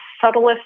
subtlest